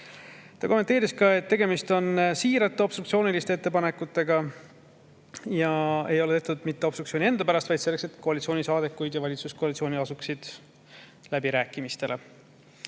Ta kommenteeris ka, et tegemist on siiralt obstruktsiooniliste ettepanekutega, mis ei ole tehtud aga obstruktsiooni enda pärast, vaid selleks, et koalitsioonisaadikud, valitsuskoalitsioon asuksid läbirääkimistele.